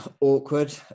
awkward